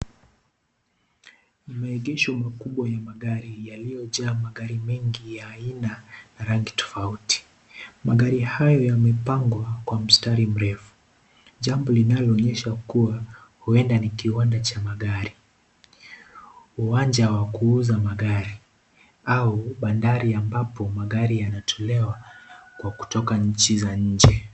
Maegesho makubwa ya magari, yalio jaa magari mengi ya aina, rangi tofauti, magari hayo yamepangwa, kwa mstari mrefu, jambo linalo onyesha kuwa, huenda ni kiwanda cha magari, uwanja wa kuuza magari, au bandari ambapo magari yanatolewa, kwa kutoka nchi za nje.